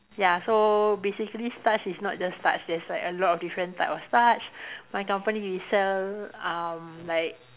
ya so basically starch is not just starch there's like a lot of different type of starch my company we sell um like